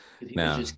now